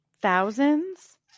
Thousands